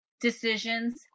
decisions